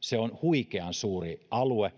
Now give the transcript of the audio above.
se on huikean suuri alue